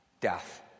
Death